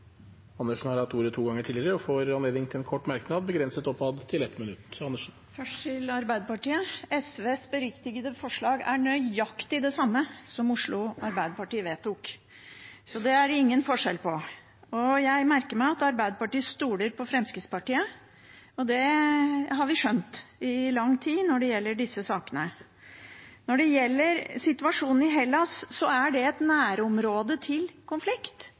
Andersen har hatt ordet to ganger tidligere og får ordet til en kort merknad, begrenset til 1 minutt. Først til Arbeiderpartiet: SVs beriktigede forslag er nøyaktig det samme som Oslo Arbeiderparti vedtok. Det er det ingen forskjell på. Jeg merker meg at Arbeiderpartiet stoler på Fremskrittspartiet når det gjelder disse sakene, og det har vi skjønt i lang tid. Når det gjelder situasjonen i Hellas, er det et nærområde til konflikt.